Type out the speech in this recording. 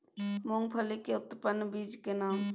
मूंगफली के उन्नत बीज के नाम?